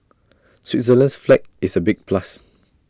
Switzerland's flag is A big plus